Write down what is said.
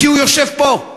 כי הוא יושב פה,